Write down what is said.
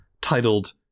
titled